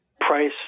price